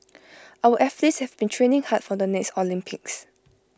our athletes have been training hard for the next Olympics